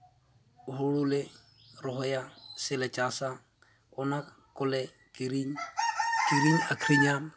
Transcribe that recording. ᱦᱳᱲᱳ ᱞᱮ ᱨᱚᱦᱚᱭᱟ ᱥᱮᱞᱮ ᱪᱟᱥᱟ ᱚᱱᱟ ᱠᱚᱞᱮ ᱠᱤᱨᱤᱧ ᱠᱤᱨᱤᱧ ᱟᱠᱷᱨᱤᱧᱟ